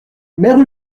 mère